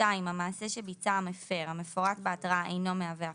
המעשה שביצע המפר, המפורט בהתראה, אנו מהווה הפרה.